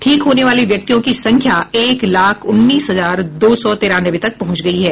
ठीक होने वाले व्यक्तियों की संख्या एक लाख उन्नीस हजार दो सौ तिरानवे तक पहुंच गई हैं